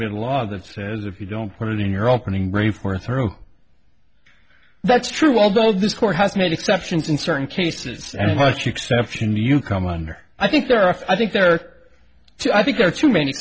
bit of law that says if you don't put it in your opening ready for a thorough that's true although this court has made exceptions in certain cases and much exception you come under i think there are i think there are two i think there are too many